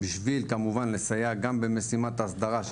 בשביל לסייע גם במשימת ההסדרה,